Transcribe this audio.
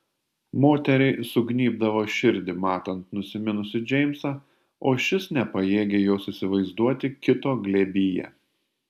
moteriai sugnybdavo širdį matant nusiminusį džeimsą o šis nepajėgė jos įsivaizduoti kito glėbyje